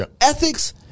ethics –